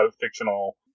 fictional